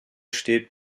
steht